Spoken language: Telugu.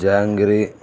జాంగ్రీ